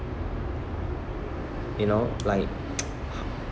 you know like